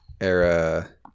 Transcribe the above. era